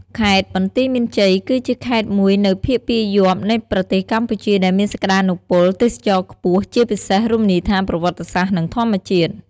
ខេត្តបន្ទាយមានជ័យ គឺជាខេត្តមួយនៅភាគពាយព្យនៃប្រទេសកម្ពុជា ដែលមានសក្ដានុពលទេសចរណ៍ខ្ពស់ ជាពិសេសរមណីយដ្ឋានប្រវត្តិសាស្ត្រ និងធម្មជាតិ។